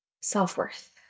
self-worth